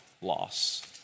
loss